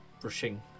brushing